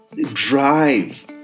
drive